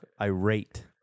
Irate